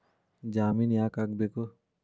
ಜಾಮಿನ್ ಯಾಕ್ ಆಗ್ಬೇಕು?